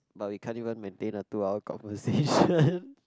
but we can't even maintain a two hour conversation